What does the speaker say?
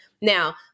Now